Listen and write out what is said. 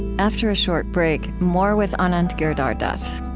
after a short break, more with anand giridharadas.